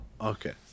okay